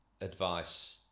advice